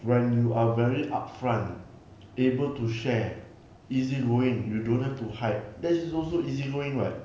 when you are very upfront able to share easy-going you don't have to hide that is also easy-going [what]